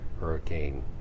Hurricane